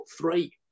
three